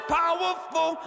powerful